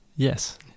Yes